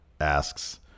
asks